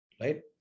right